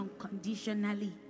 unconditionally